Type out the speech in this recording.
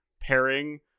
pairing